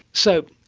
so,